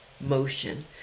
motion